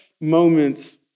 moments